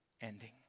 ending